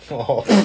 !walao!